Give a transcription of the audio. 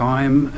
Time